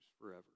forever